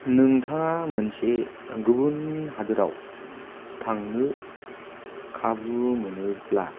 नोंथाङा मोनसे गुबुन हादराव थांनो खाबु मोनोब्ला